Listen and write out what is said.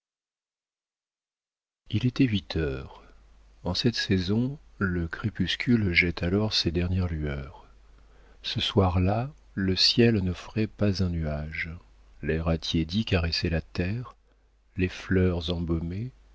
il était huit heures en cette saison le crépuscule jette alors ses dernières lueurs ce soir-là le ciel n'offrait pas un nuage l'air attiédi caressait la terre les fleurs embaumaient